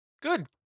Good